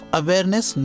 awareness